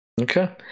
Okay